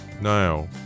Now